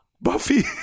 Buffy